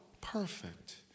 Perfect